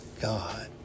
God